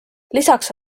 lisaks